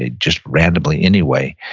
ah just randomly anyway.